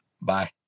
Bye